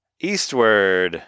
Eastward